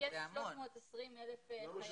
יש 320,000 חיילים.